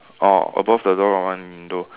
orh above the door one window